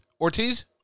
Ortiz